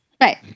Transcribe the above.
Right